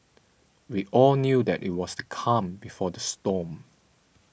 we all knew that it was the calm before the storm